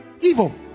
evil